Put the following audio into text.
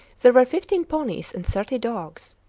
there were fifteen ponies and thirty dogs.